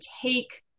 take